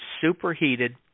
superheated